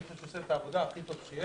אני חושב שהוא עושה את העבודה הכי טוב שיש.